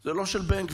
זה לא של בן גביר.